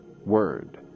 word